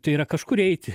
tai yra kažkur eiti